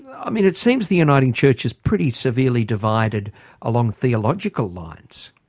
i mean, it seems the uniting church is pretty severely divided along theological lines.